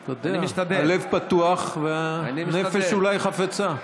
אתה יודע, הלב פתוח והנפש אולי חפצה.